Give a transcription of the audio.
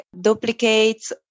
duplicates